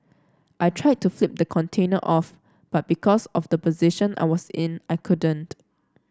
I tried to flip the container off but because of the position I was in I couldn't